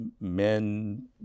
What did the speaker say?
men